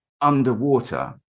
underwater